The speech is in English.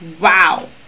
Wow